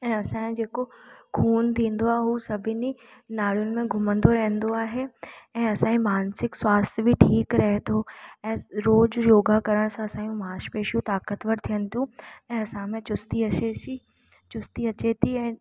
ऐं असांजे जेको ख़ूनु थींदो आहे हू सभिनी नाड़ियुनि में घुमंदो रहंदो आहे ऐं असांजी मानसिक स्वास्थ्य बि ठीकु रहे थो ऐं रोज़ु योगा करण सां असां जूं मासपेशियूं ताक़तवर थियनि थियूं ऐं असां में चुस्ती असे सी चुस्ती अचे थी ऐं